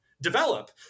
develop